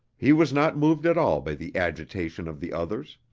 he was not moved at all by the agitation of the others.